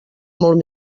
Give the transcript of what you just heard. molt